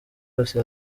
yose